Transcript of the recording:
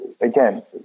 again